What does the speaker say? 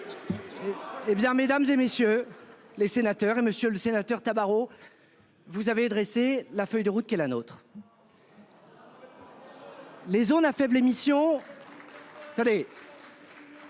Eh bien Mesdames et messieurs les sénateurs, Monsieur le Sénateur Tabarot. Vous avez dressé la feuille de route qui est la nôtre. Les zones à faibles émissions. Salut.